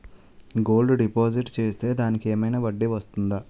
Gold deposit చేస్తే దానికి ఏమైనా వడ్డీ వస్తుందా?